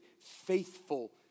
faithful